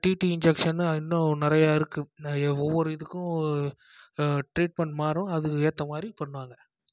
DD injection இன்னும் நிறையா இருக்கு ஒவ்வொரு இதுக்கும் இஞ்ஜெக்சனு ட்ரீட்மென்ட் மாறும் அதுக்கு ஏற்ற மாதிரி பண்ணுவாங்க